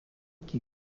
qui